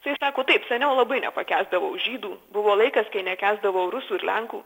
jisai sako taip seniau labai nepakęsdavau žydų buvo laikas kai nekęsdavau rusų ir lenkų